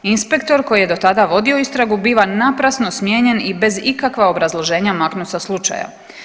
Inspektor koji je do tada vodio istragu biva naprasno smijenjen i bez ikakva obrazloženja maknut sa slučaja.